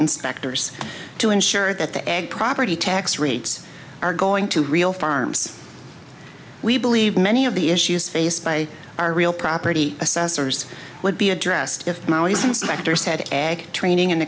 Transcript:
inspectors to ensure that the egg property tax rates are going to real farms we believe many of the issues faced by our real property assessors would be addressed if he's inspectors had ag training and